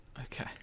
Okay